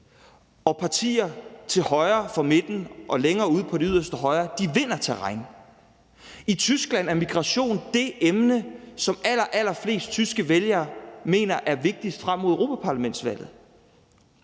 og partier til højre for midten og længere ude på det yderste højre vinder terræn. I Tyskland er migration det emne, som allerallerflest tyske vælgere mener er vigtigst frem mod europaparlamentsvalget.